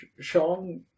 song